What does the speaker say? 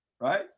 right